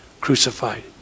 crucified